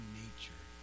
nature